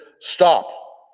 stop